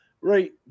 right